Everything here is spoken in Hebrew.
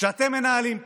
שאתם מנהלים פה,